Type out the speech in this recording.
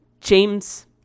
James